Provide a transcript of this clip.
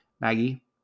Maggie